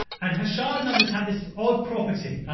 and harshad numbers have this odd property.